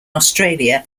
australia